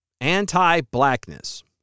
Anti-blackness